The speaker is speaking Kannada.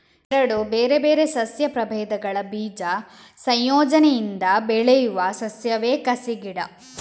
ಎರಡು ಬೇರೆ ಬೇರೆ ಸಸ್ಯ ಪ್ರಭೇದಗಳ ಬೀಜ ಸಂಯೋಜನೆಯಿಂದ ಬೆಳೆಯುವ ಸಸ್ಯವೇ ಕಸಿ ಗಿಡ